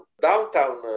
downtown